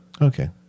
Okay